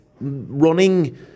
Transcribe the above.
running